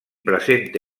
presenta